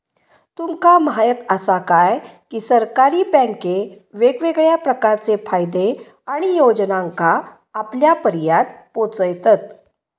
तुमका म्हायत आसा काय, की सरकारी बँके वेगवेगळ्या प्रकारचे फायदे आणि योजनांका आपल्यापर्यात पोचयतत